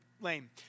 lame